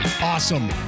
awesome